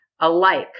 alike